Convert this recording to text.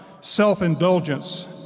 self-indulgence